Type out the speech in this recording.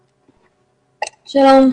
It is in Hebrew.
שלום.